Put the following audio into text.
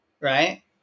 right